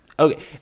Okay